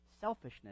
Selfishness